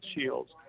shields